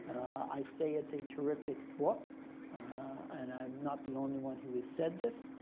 i say it's a terrific book and i'm not the only one who has said this.